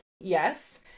yes